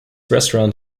restaurant